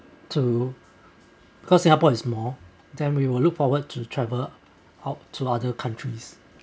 to cause singapore is more then we will look forward to travel out to other countries